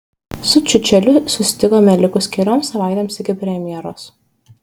su čiučeliu susitikome likus kelioms savaitėms iki premjeros